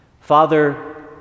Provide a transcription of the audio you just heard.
Father